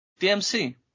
DMC